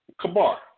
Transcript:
Kabar